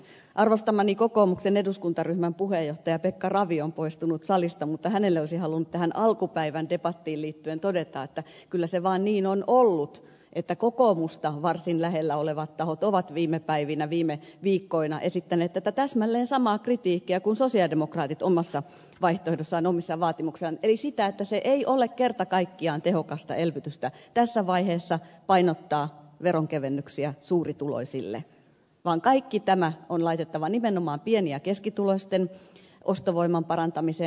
arvostamani kokoomuksen eduskuntaryhmän puheenjohtaja pekka ravi on poistunut salista mutta hänelle olisin halunnut tähän alkupäivän debattiin liittyen todeta että kyllä se vaan niin on ollut että kokoomusta varsin lähellä olevat tahot ovat viime päivinä ja viime viikkoina esittäneet tätä täsmälleen samaa kritiikkiä kuin sosialidemokraatit omassa vaihtoehdossaan omissa vaatimuksissaan eli sitä että ei ole kerta kaikkiaan tehokasta elvytystä tässä vaiheessa painottaa veronkevennyksiä suurituloisille vaan kaikki tämä on laitettava nimenomaan pieni ja keskituloisten ostovoiman parantamiseen